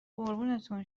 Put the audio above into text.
قربونتون